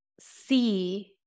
see